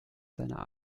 seiner